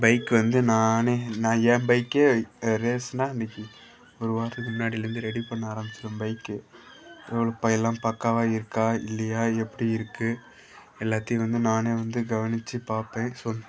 bike வந்து நானே நான் என் பைக்கே ரேஸுனா இன்னைக்கி ஒரு வாரத்துக்கு முன்னாடிலேருந்து ரெடி பண்ண ஆரம்பிச்சிடுவேன் பைக்கு எவ்வளோ ப எல்லாம் பக்காவாக இருக்கா இல்லையா எப்படி இருக்குது எல்லாத்தையும் வந்து நானே வந்து கவனித்துப் பார்ப்பேன் ஸோ